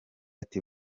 ati